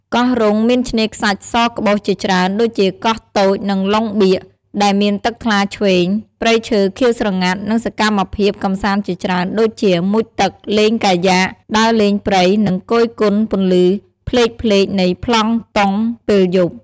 កោះរុងមានឆ្នេរខ្សាច់សក្បុសជាច្រើន ដូចជា កោះតូច និងឡុងបៀក ដែលមានទឹកថ្លាឈ្វេង ព្រៃឈើខៀវស្រងាត់ និងសកម្មភាពកម្សាន្តជាច្រើនដូចជា មុជទឹក លេងកាយ៉ាក ដើរលេងព្រៃ និងគយគន់ពន្លឺផ្លេកៗនៃប្លង់តុងពេលយប់។